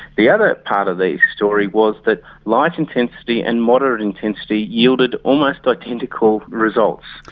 the other part of the story was that light intensity and moderate intensity yielded almost identical results.